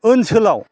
ओनसोलाव